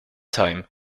time